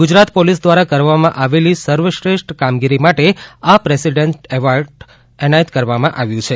Gujarat police દ્વારા કરવામાં આવેલી સર્વશ્રેષ્ઠ કામગીરી માટે આ પ્રેસિડેન્સ સમ્માન એનાયત કરવામાં આવ્યું છે